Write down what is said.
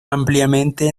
ampliamente